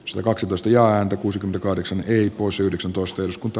sl kaksitoista ja sitten voittaneesta mietintöä vastaan